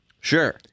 sure